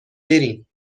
برین